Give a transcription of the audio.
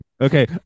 Okay